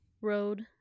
Road